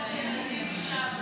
הילדים שם,